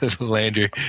Landry